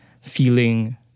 feeling